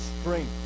strength